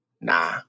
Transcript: nah